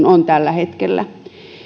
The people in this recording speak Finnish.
on tällä hetkellä